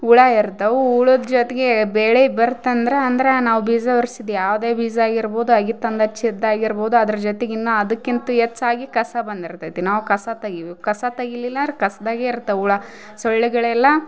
ಹುಳ ಇರ್ತಾವು ಹುಳದ್ ಜೊತೆಗೆ ಬೆಳೆ ಬರ್ತಂದರ ಅಂದರ ನಾವು ಬೀಜ ಯಾವುದೇ ಬೀಜ ಆಗಿರ್ಬೋದು ಅಗಿತಂದಚ್ಚಿದ ಆಗಿರ್ಬೋದು ಅದ್ರ ಜೊತೆಗಿನ್ನು ಅದಕ್ಕಿಂತ ಹೆಚ್ಚಾಗಿ ಕಸ ಬಂದಿರ್ತೈತಿ ನಾವು ಕಸ ತೆಗಿಬೇಕು ಕಸ ತೆಗಿಲಿಲ್ಲಾರ ಕಸದಾಗೆ ಇರ್ತಾವ್ ಹುಳ ಸೊಳ್ಳೆಗಳೆಲ್ಲ